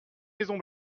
maisons